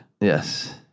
Yes